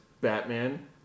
Batman